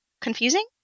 confusing